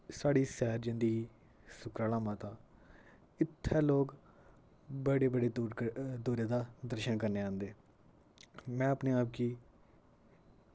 साढ़ी सैर जंदी ही सुकराला माता इत्थै लोक बड़े बड़े दूर क दूर दा दर्शन करने आंदे में अपने आप कि